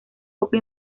poca